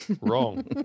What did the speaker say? wrong